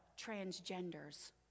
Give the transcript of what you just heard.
transgenders